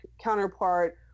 counterpart